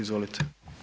Izvolite.